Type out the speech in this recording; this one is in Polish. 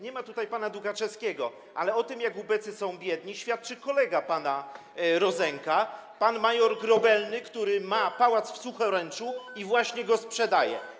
Nie ma tutaj pana Dukaczewskiego, ale o tym, jak ubecy są biedni, świadczy przykład kolegi pana Rozenka - pana mjr. Grobelnego, który ma pałac w Suchoręczu i właśnie go sprzedaje.